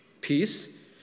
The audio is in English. peace